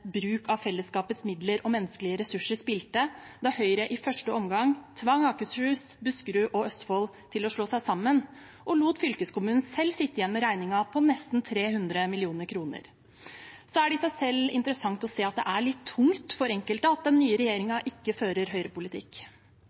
bruk av fellesskapets midler og menneskelige ressurser spilte en rolle da Høyre i første omgang tvang Akershus, Buskerud og Østfold til å slå seg sammen og lot fylkeskommunen selv sitte igjen med regningen på nesten 300 mill. kr. Så er det i seg selv interessant å se at det er litt tungt for enkelte at den nye regjeringen ikke fører høyrepolitikk.